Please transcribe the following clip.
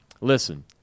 Listen